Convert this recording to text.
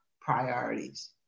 priorities